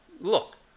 look